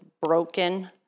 broken